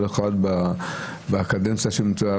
וכל אחד בקדנציה שהוא נמצא,